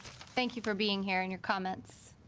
thank you for being here in your comments